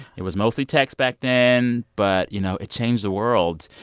it was mostly text back then. but, you know, it changed the world.